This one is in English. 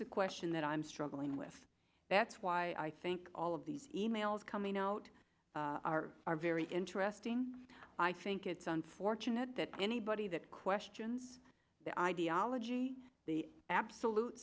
the question that i'm struggling with that's why i think all of these emails coming out are are very interesting i think it's unfortunate that anybody that questions the ideology the absolute